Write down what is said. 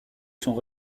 sont